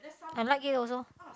I like it also